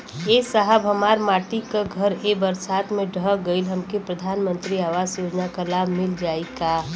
ए साहब हमार माटी क घर ए बरसात मे ढह गईल हमके प्रधानमंत्री आवास योजना क लाभ मिल जाई का?